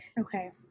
okay